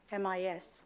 MIS